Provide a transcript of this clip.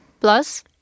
plus